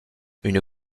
une